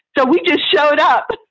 so we just showed up. but,